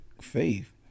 faith